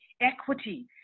equity